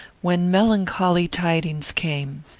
when melancholy tidings came.